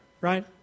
right